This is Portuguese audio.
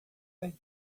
bem